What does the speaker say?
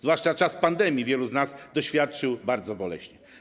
Zwłaszcza czas pandemii wielu z nas doświadczył bardzo boleśnie.